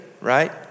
right